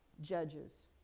judges